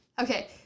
okay